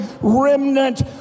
remnant